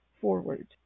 forward